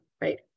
right